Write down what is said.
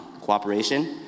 cooperation